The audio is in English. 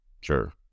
sure